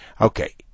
Okay